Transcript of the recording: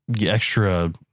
extra